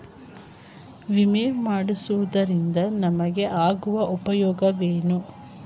ವಿಮೆ ಮಾಡಿಸುವುದರಿಂದ ನಮಗೆ ಆಗುವ ಉಪಯೋಗವೇನು?